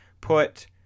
put